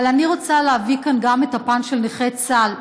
אבל אני רוצה להביא כאן גם את הפן של נכי צה"ל.